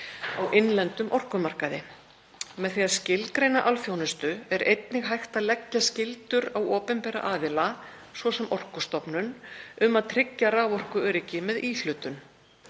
á innlendum orkumarkaði. Með því að skilgreina alþjónustu er einnig hægt að leggja skyldur á opinbera aðila, svo sem Orkustofnun, um að tryggja raforkuöryggi með íhlutun.